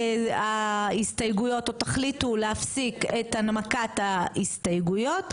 ההסתייגויות או תחליטו להפסיק את הנמקת ההסתייגויות,